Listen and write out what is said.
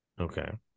Okay